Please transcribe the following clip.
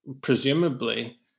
presumably